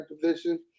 position